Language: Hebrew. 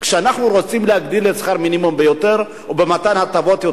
כשאנחנו רוצים להגדיל את שכר המינימום ביותר ולתת יותר הטבות,